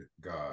God